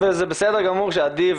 וזה בסדר גמור שעדי,